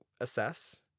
assess